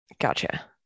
Gotcha